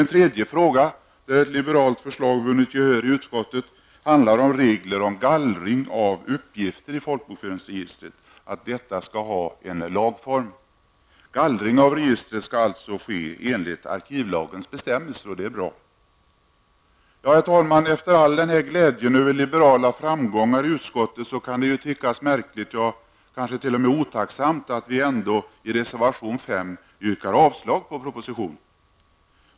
En tredje fråga där ett liberalt förslag vunnit gehör i utskottet handlar om att regler om gallring av uppgifter i folkbokföringsregistret skall ha lagform. Gallring av registret skall alltså ske enligt arkivlagens bestämmelser, vilket är bra. Herr talman! Efter all denna glädje över liberala framgångar i utskottet kan det ju tyckas märkligt, ja kanske t.o.m. otacksamt, att vi ändå i reservation nr 5 yrkar avslag på propositionen.